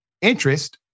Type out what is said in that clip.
interest